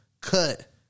Cut